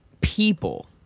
people